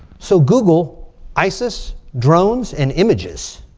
so google isis, drones, and images.